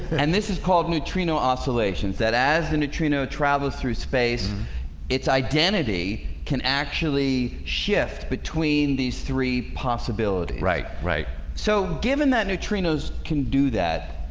and this is called neutrino oscillations that as the neutrino travels through space its identity can actually shift between these three possibilities. right, right so given that neutrinos can do that.